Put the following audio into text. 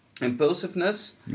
impulsiveness